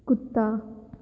ਕੁੱਤਾ